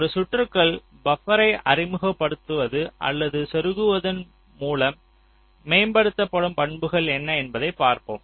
ஒரு சுற்றுக்குள் பபர்ரை அறிமுகப்படுத்துவது அல்லது செருகுவதன் மூலம் மேம்படுத்தப்படும் பண்புகள் என்ன என்பதைப் பார்ப்போம்